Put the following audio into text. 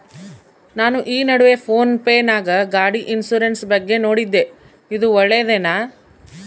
ನಾನು ಈ ನಡುವೆ ಫೋನ್ ಪೇ ನಾಗ ಗಾಡಿ ಇನ್ಸುರೆನ್ಸ್ ಬಗ್ಗೆ ನೋಡಿದ್ದೇ ಇದು ಒಳ್ಳೇದೇನಾ?